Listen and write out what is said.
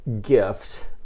gift